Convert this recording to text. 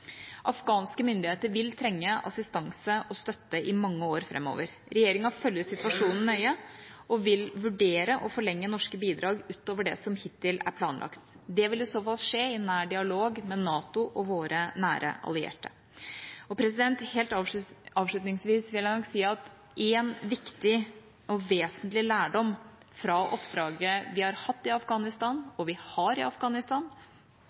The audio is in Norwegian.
Afghanske myndigheter vil trenge assistanse og støtte i mange år framover. Regjeringa følger situasjonen nøye og vil vurdere å forlenge norske bidrag utover det som hittil er planlagt. Det vil i så fall skje i nær dialog med NATO og våre nære allierte. Helt avslutningsvis vil jeg si at en viktig og vesentlig lærdom fra oppdraget vi har hatt og har i Afghanistan,